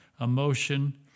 emotion